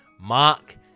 Mark